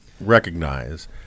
recognize